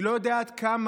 אני לא יודע כמה